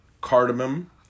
cardamom